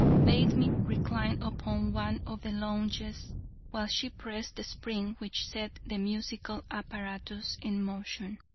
bade me recline upon one of the lounges while she pressed the spring which set the musical apparatus in motion.